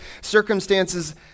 circumstances